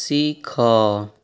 ଶିଖ